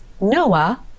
Noah